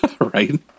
Right